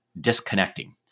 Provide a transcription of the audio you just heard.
disconnecting